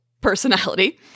personality